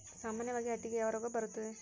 ಸಾಮಾನ್ಯವಾಗಿ ಹತ್ತಿಗೆ ಯಾವ ರೋಗ ಬರುತ್ತದೆ?